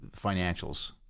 financials